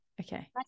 Okay